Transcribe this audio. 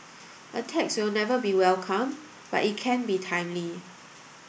a tax will never be welcome but it can be timely